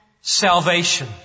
salvation